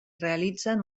realitzen